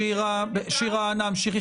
העיקר --- שירה, אנא המשיכי.